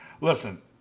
Listen